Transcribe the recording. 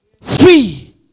Free